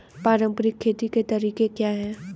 पारंपरिक खेती के तरीके क्या हैं?